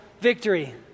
victory